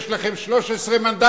יש לכם 13 מנדטים.